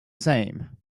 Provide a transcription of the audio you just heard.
same